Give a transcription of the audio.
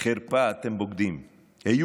חרפה, אתם בוגדים.